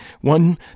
one